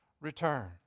return